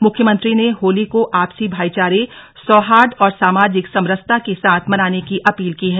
मुख्यमंत्री ने होली को आपसी भाईचारे सौहार्द और सामाजिक समरसता के साथ मनाने की अपील की है